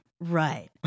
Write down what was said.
Right